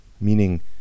Meaning